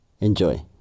Enjoy